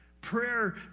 Prayer